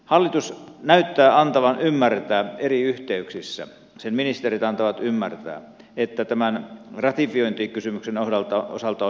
hallitus näyttää antavan ymmärtää eri yhteyksissä sen ministerit antavat ymmärtää että tämän ratifiointikysymyksen osalta on edistytty